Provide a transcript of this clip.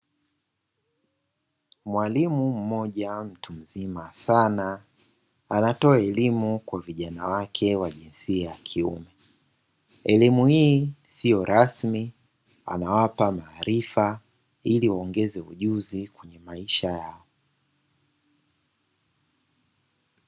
Mwalimu mmoja mtu mzima sana, anatoa elimu kwa vijana wake wa jinsia ya kiume. Elimu hii isiyo rasmi anawapa maarifa ili waongeze ujuzi kwenye maisha yao.